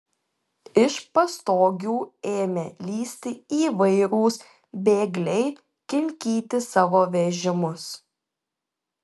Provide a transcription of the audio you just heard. iš pastogių ėmė lįsti įvairūs bėgliai kinkyti savo vežimus